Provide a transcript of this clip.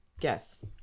Guess